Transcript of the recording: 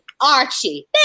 Archie